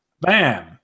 Bam